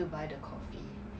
but alcohol spend more money